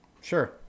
Sure